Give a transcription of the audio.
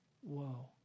Whoa